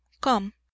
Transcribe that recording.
come